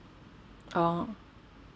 orh